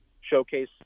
showcase